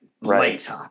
later